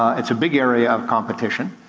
it's a big area of competition.